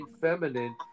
feminine